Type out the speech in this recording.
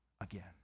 again